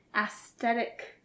aesthetic